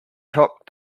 topped